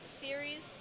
series